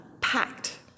packed